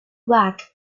back